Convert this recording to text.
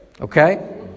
Okay